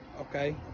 okay